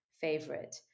favorite